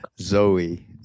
Zoe